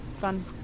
fun